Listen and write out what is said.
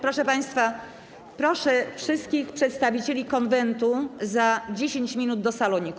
Proszę państwa, proszę wszystkich przedstawicieli Konwentu za 10 minut do saloniku.